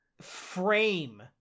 frame